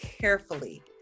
carefully